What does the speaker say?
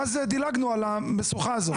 ואז דילגנו על המשוכה הזו.